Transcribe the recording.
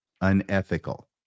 unethical